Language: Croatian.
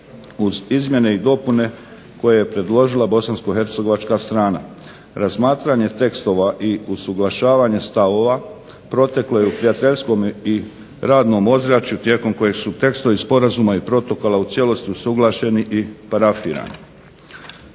uz izmjene i dopune koje je predložila bosansko-hercegovačka strana. Razmatranje tekstova i usuglašavanje stavova proteklo je u prijateljskom i radnom ozračju tijekom kojeg su tekstovi sporazuma i protokola u cijelosti usuglašeni i parafirani.